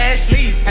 Ashley